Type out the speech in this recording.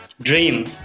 dream